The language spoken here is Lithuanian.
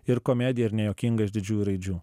ir komedija ir nejuokinga iš didžiųjų raidžių